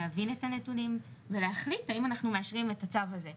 להבין את הנתונים ולהחליט האם אנחנו מאשרים את הצו הזה כולו,